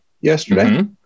yesterday